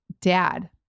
dad